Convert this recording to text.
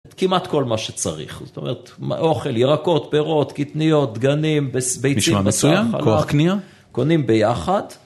כמעט כל מה שצריך, זאת אומרת, אוכל, ירקות, פירות, קטניות, גנים, ביצים מסוים, כוח קנייה, קונים ביחד.